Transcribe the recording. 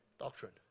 doctrine